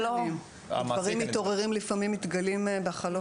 דברים מתעוררים ומתגלים בחלוף מספר שנים.